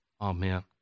Amen